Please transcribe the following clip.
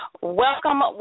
welcome